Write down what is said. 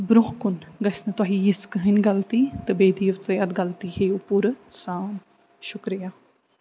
برٛۄنٛہہ کُن گَژھِ نہٕ تۄہہِ یِژھ کٕہٕنۍ غلطی تہٕ بیٚیہِ دِیِو ژٕ اتھ غلطی ہیٚیِو پوٗرٕ سام شُکریہ